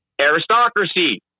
Aristocracy